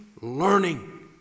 learning